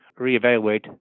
reevaluate